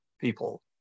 people